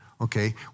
Okay